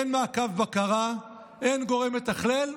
אין מעקב ובקרה, אין גורם מתכלל,